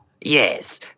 Yes